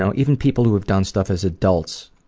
so even people who had done stuff as adults,